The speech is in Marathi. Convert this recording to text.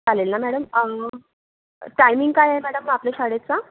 चालेल न मॅडम अं टायमिंग काय आहे मॅडम आपल्या शाळेचा